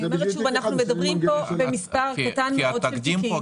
אנחנו מדברים פה במספר קטן מאוד של תיקים.